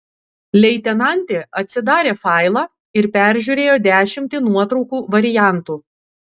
leitenantė atsidarė failą ir peržiūrėjo dešimtį nuotraukų variantų